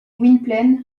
gwynplaine